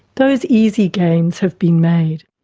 those easy gains have been made.